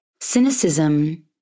Cynicism